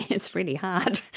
it's really hard.